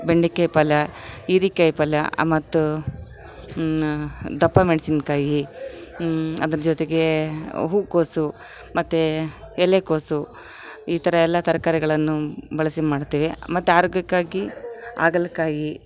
ಬೆಂಡೆಕಾಯ್ ಪಲ್ಯ ಹೀರಿಕಾಯ್ ಪಲ್ಯ ಅ ಮತ್ತು ದಪ್ಪ ಮೆಣ್ಸಿನ್ಕಾಯಿ ಅದ್ರ ಜೊತಗೇ ಹೂ ಕೋಸು ಮತ್ತು ಎಲೆಕೋಸು ಈ ಥರ ಎಲ್ಲ ತರಕಾರಿಗಳನ್ನು ಬಳಸಿ ಮಾಡ್ತಿವಿ ಮತ್ತು ಆರೋಗ್ಯಕ್ಕಾಗಿ ಹಾಗಲ್ಕಾಯಿ